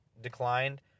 declined